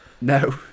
no